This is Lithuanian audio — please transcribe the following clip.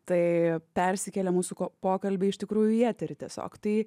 tai persikėlė mūsų ko pokalbiai iš tikrųjų į eterį tiesiog tai